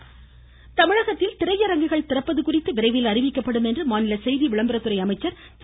கடம்பூர் ராஜு தமிழகத்தில் திரையரங்குகள் திறப்பது குறித்து விரைவில் அறிவிக்கப்படும் என மாநில செய்தி விளம்பரத்துறை அமைச்சர் திரு